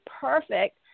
perfect